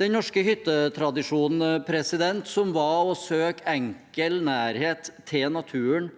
Den norske hyttetradisjonen, som var å søke enkel nærhet til naturen,